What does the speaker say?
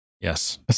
yes